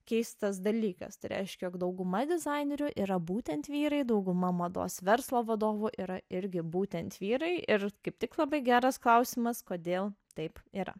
keistas dalykas tai reiškia jog dauguma dizainerių yra būtent vyrai dauguma mados verslo vadovų yra irgi būtent vyrai ir kaip tik labai geras klausimas kodėl taip yra